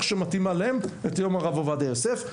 שמתאימה להם את יום הרב עובדיה יוסף.